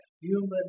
human